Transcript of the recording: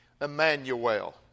Emmanuel